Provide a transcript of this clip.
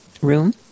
room